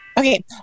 Okay